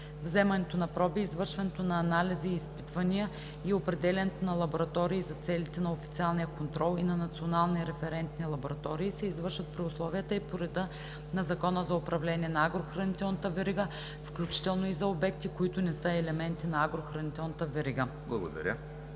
Вземането на проби, извършването на анализи и изпитвания и определянето на лаборатории за целите на официалния контрол и на национални референтни лаборатории се извършват при условията и по реда на Закона за управление на агрохранителната верига, включително и за обекти, които не са елементи на агрохранителната верига.“